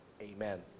Amen